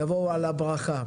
יבואו על הברכה.